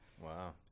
Wow